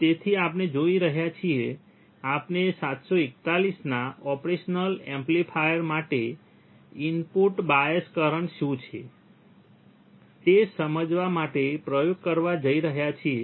તેથી આપણે જોઈ રહ્યા છીએ આપણે 741 ના ઓપરેશનલ એમ્પ્લીફાયર માટે ઇનપુટ બાયસ કરંટ શું છે તે સમજવા માટે પ્રયોગ કરવા જઈ રહ્યા છીએ